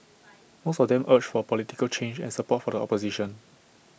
most of them urged for political change and support for the opposition